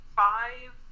five